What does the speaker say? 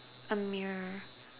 a mirror